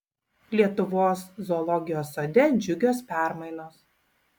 lietuvos zoologijos sode džiugios permainos